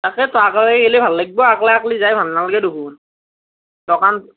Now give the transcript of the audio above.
তাকেতো একেলগে গ'লে ভাল লাগিব এক্লা এক্লি যাই ভাল নালাগে দেখোন দোকান